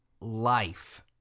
life